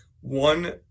one